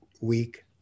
week